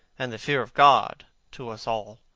and the fear of god to us all.